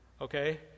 Okay